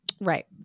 Right